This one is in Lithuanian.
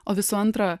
o visų antra